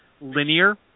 linear